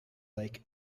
lake